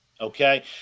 Okay